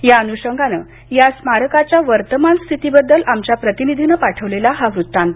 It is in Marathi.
या अनुशंगानं या स्मारकाच्या वर्तमान स्थितीबद्दल आमच्या प्रतिनिधीनं पाठवलेला हा वृत्तांत